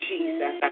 Jesus